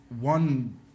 one